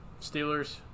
Steelers